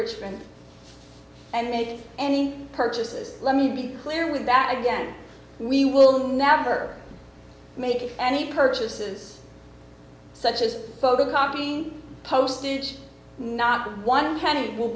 richmond and make any purchases let me be clear with that again we will never make any purchases such as photocopy postage not one penny will